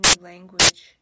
language